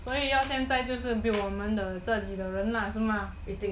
所以要现在就要 build 我们这里的人是吗